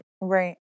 Right